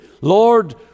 Lord